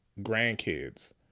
grandkids